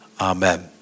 Amen